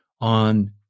on